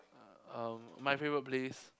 uh my favourite place